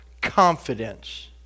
confidence